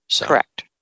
Correct